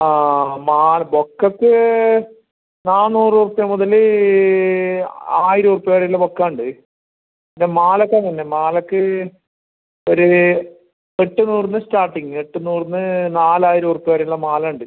ആ മാല ബൊക്കെയ്ക്ക് നാനൂറ് റുപ്യ മുതൽ ആയിരം റുപ്യ വരെ ഉള്ള ബൊക്കെ ഉണ്ട് മാലയ്ക്ക് അങ്ങനെ മാലയ്ക്ക് ഒരു എട്ട് നൂറിൽനിന്ന് സ്റ്റാർട്ടിംഗ് എട്ട് നൂറിൽനിന്ന് നാലായിരം റുപ്യ വരെ ഉള്ള മാല ഉണ്ട്